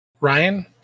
Ryan